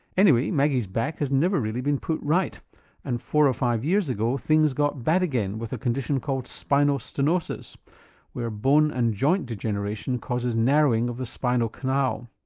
anyway, maggie's back has never really been put right and four or five years ago things got bad again with a condition called spinal stenosis where bone and joint degeneration causes narrowing of the spinal canal.